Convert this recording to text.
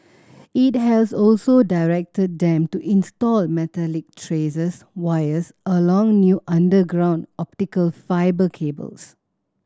it has also directed them to install metallic tracers wires along new underground optical fibre cables